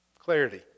Clarity